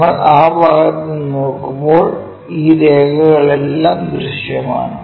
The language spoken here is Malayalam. നമ്മൾ ആ ഭാഗത്ത് നിന്ന് നോക്കുമ്പോൾ ഈ രേഖകളെല്ലാം ദൃശ്യമാണ്